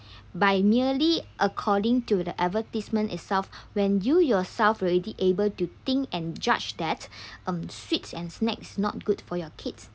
by merely according to the advertisement itself when you yourself already able to think and judge that um sweets and snacks not good for your kids